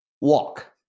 walk